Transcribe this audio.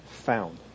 found